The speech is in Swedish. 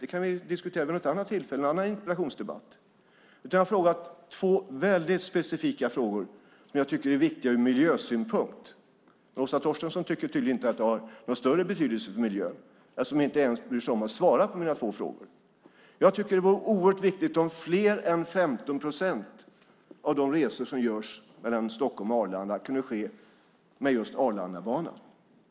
Det kan vi diskutera vid något annat tillfälle i en annan interpellationsdebatt. Jag har ställt två väldigt specifika frågor som jag tycker är viktiga ur miljösynpunkt. Åsa Torstensson tycker tydligen inte att det har någon större betydelse för miljön eftersom hon inte ens bryr sig om att svara på mina två frågor. Jag tycker att det är viktigt att mer än 15 procent av de resor som görs mellan Stockholm och Arlanda sker med Arlandabanan.